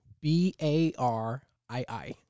B-A-R-I-I